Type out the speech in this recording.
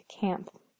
camp